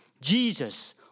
jesus